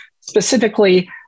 specifically